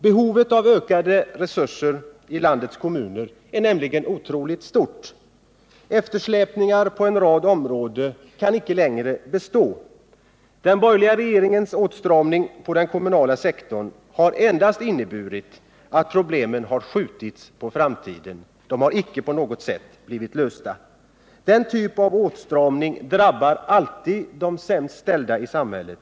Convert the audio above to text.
Behovet av ökade resurser i landets kommuner är nämligen otroligt stort. Eftersläpningar på en rad områden kan icke längre tillåtas. Den borgerliga regeringens åtstramning på den kommunala sektorn har endast inneburit att problemen har skjutits på framtiden. Den typen av åtstramning drabbar alltid de sämst ställda i samhället.